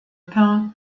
pen